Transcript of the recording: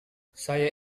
saya